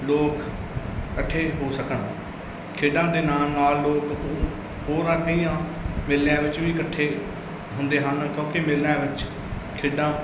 ਲੋਕ ਇਕੱਠੇ ਹੋ ਸਕਣ ਖੇਡਾਂ ਦੇ ਨਾਲ ਨਾਲ ਲੋਕ ਹੋਰਾਂ ਕਈਆਂ ਮੇਲਿਆਂ ਵਿੱਚ ਵੀ ਇਕੱਠੇ ਹੁੰਦੇ ਹਨ ਕਿਉਂਕਿ ਮੇਲਿਆਂ ਵਿੱਚ ਖੇਡਾਂ